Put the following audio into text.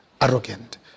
arrogant